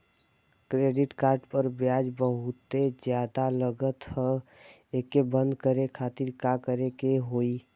Credit card पर ब्याज बहुते ज्यादा लगत ह एके बंद करे खातिर का करे के होई?